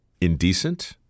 Indecent